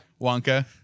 Wonka